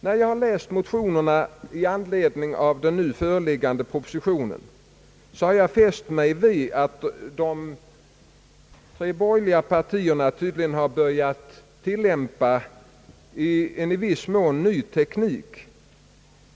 När jag har läst motionerna i anledning av den föreliggande propositionen har jag fäst mig vid att de borgerliga partierna tydligen har börjat tillämpa en i viss mån ny teknik.